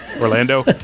Orlando